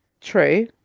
True